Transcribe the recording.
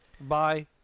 Bye